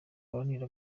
abaharanira